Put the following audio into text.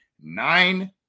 nine